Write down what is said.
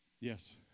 yes